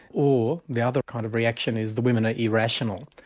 or the other kind of reaction is the women are irrational.